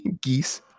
Geese